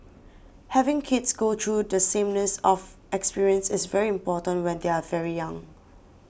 having kids go through the sameness of experience is very important when they are very young